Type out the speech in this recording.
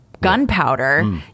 gunpowder